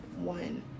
one